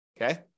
okay